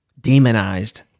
demonized